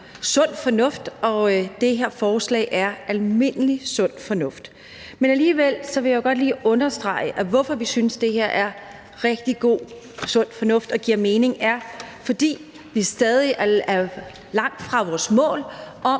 sund fornuft, og det her forslag er almindelig sund fornuft. Men alligevel vil jeg godt lige understrege, hvorfor vi synes, at det her er rigtig god og sund fornuft og giver mening, og det er for det første, fordi vi stadig er langt fra vores mål om,